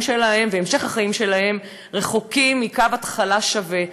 שלהם והמשך החיים שלהם רחוקים מקו התחלה שווה.